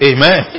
Amen